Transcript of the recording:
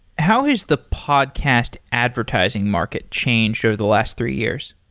how has the podcast advertising market changed over the last three years?